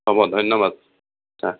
হ'ব ধন্যবাদ